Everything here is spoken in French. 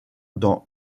dans